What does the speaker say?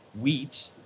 wheat